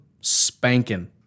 spanking